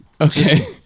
Okay